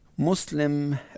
muslim